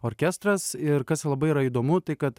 orkestras ir kas labai yra įdomu tai kad